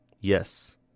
Yes